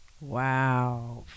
wow